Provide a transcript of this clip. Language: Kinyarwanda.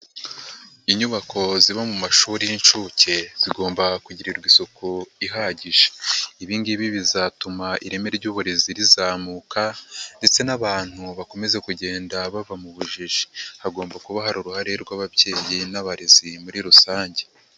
Inyubako ziba mu mashuri y'inshuke zigomba kugirirwa isuku ihagije, ibi ngibi bizatuma ireme ry'uburezi rizamuka ndetse n'abantu bakomeza kugenda bava mu bujiji, hagomba kuba hari uruhare rw'ababyeyi n'abarezi muri rusange.